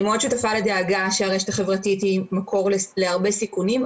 אני מאוד שותפה לדאגה שהרשת החברתית היא מקור להרבה סיכונים,